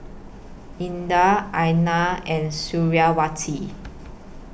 Indah Aina and Suriawati